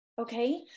Okay